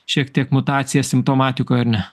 šiek tiek mutacija simptomatikoj ar ne